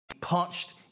Punched